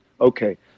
okay